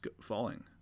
falling